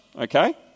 okay